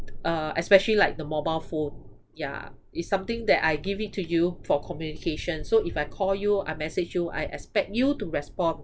uh especially like the mobile phone ya it's something that I give it to you for communication so if I call you I message you I expect you to respond